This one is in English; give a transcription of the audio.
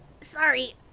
Sorry